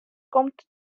komt